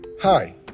Hi